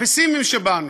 הפסימיים שבנו,